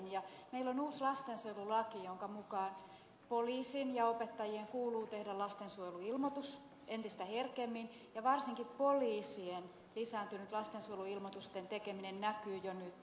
meillä on uusi lastensuojelulaki jonka mukaan poliisin ja opettajien kuuluu tehdä lastensuojeluilmoitus entistä herkemmin ja varsinkin poliisien lisääntynyt lastensuojeluilmoitusten tekeminen näkyy jo nyt